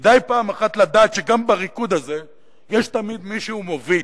כדאי פעם אחת לדעת שבריקוד הזה גם יש תמיד מישהו מוביל,